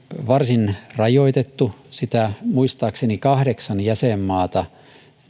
varsin rajoitettu sitä muistaakseni kahdeksan jäsenmaata